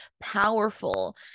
powerful